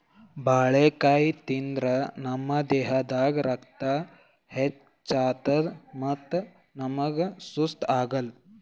ಬಾಳಿಕಾಯಿ ತಿಂದ್ರ್ ನಮ್ ದೇಹದಾಗ್ ರಕ್ತ ಹೆಚ್ಚತದ್ ಮತ್ತ್ ನಮ್ಗ್ ಸುಸ್ತ್ ಆಗಲ್